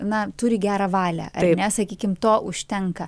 na turi gerą valią ar ne sakykim to užtenka